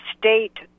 state